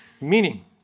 Meaning